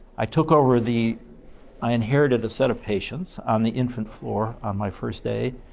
i took over the i inherited a set of patients on the infant floor on my first day.